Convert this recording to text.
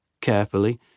Carefully